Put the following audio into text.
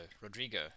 Rodrigo